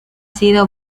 sido